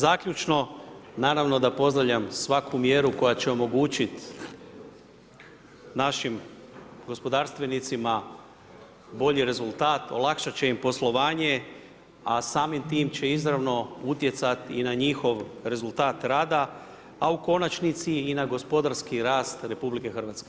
Zaključno, naravno da pozdravljam svaku mjeru koja će omogućiti našim gospodarstvenicima bolji rezultat, olakšati će im poslovanje a samim time će izravno utjecati i na njihov rezultat rada a u konačnici i na gospodarski rast RH.